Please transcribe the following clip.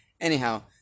Anyhow